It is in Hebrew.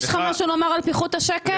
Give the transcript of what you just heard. יש לך משהו לומר על פיחות השקל?